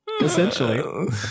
essentially